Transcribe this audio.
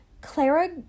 Clara